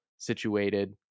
situated